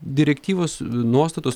direktyvos nuostatos